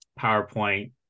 PowerPoint